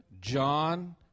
john